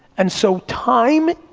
and so, time